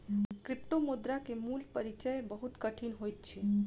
क्रिप्टोमुद्रा के मूल परिचय बहुत कठिन होइत अछि